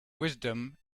wisdom